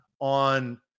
on